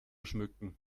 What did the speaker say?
schmücken